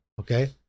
Okay